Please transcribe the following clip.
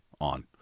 on